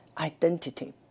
identity